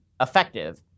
effective